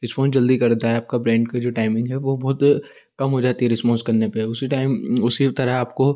response जल्दी करता है आपका ब्रेन का जो टाइमिंग है वो बहुत कम हो जाती है रिस्पॉन्स करने पे उसी टाइम उसी तरह आपको